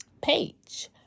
page